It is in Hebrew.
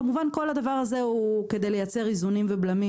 כמובן כל זה כדי לייצר איזונים ובלמים